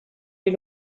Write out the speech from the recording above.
les